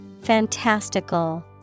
fantastical